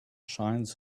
shines